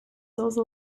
also